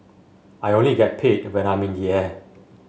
I only get paid when I'm in the air